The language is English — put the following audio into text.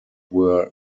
were